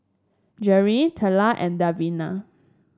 Jerrilyn Teela and Davina